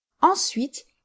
Ensuite